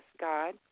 God